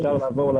של הכשרה,